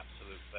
absolute